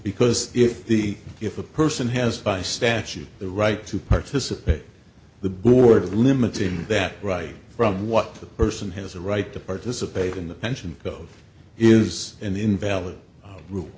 because if the if a person has by statute the right to participate the board of limiting that right from what the person has a right to participate in the pension is an invalid rule